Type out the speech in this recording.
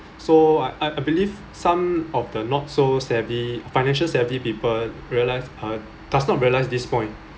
so I I believe some of the not so savvy financial savvy people realise uh does not realise this point